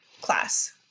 class